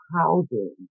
housing